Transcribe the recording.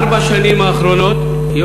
בארבע השנים האחרונות, כמה זה עולה להיכנס?